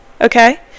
okay